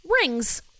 rings